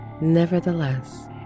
Nevertheless